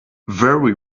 very